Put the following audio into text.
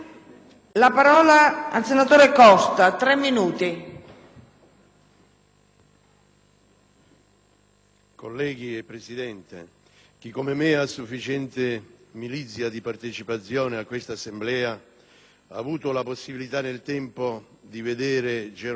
colleghi, chi come me ha sufficiente milizia di partecipazione a questa Assemblea ha avuto la possibilità nel tempo di vedere germogliare e dilatare il fenomeno dei giochi di Stato,